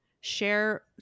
share